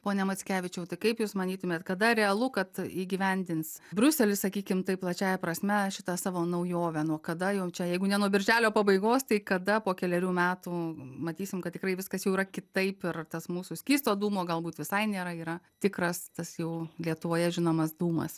pone mackevičiau tai kaip jūs manytumėt kada realu kad įgyvendins briuselis sakykim taip plačiąja prasme šitą savo naujovę nuo kada jau čia jeigu ne nuo birželio pabaigos tai kada po kelerių metų matysim kad tikrai viskas jau yra kitaip ir tas mūsų skysto dūmo galbūt visai nėra yra tikras tas jau lietuvoje žinomas dūmas